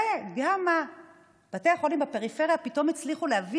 וגם בתי החולים בפריפריה פתאום הצליחו להביא